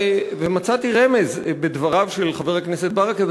מצאתי רמז בדבריו של חבר הכנסת ברכה,